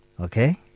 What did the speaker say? okay